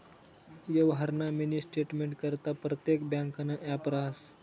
यवहारना मिनी स्टेटमेंटकरता परतेक ब्यांकनं ॲप रहास